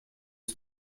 his